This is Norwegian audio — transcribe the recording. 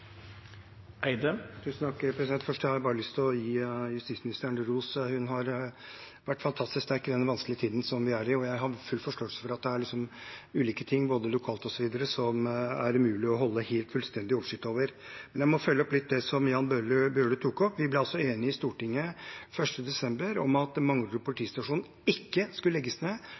Først har jeg bare lyst til å gi justisministeren ros. Hun har vært fantastisk sterk i den vanskelige tiden som vi er i, og jeg har full forståelse for at det er ulike ting – både lokalt osv. – som det er umulig å holde fullstendig oversikt over. Jeg må følge opp litt det som Jan Bøhler tok opp. Vi ble enige i Stortinget 1. desember om at Manglerud politistasjon ikke skulle legges ned,